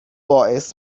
باعث